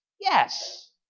Yes